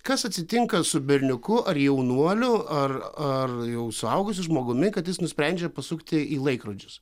kas atsitinka su berniuku ar jaunuoliu ar ar jau suaugusiu žmogumi kad jis nusprendžia pasukti į laikrodžius